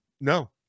No